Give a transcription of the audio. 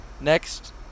Next